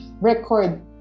record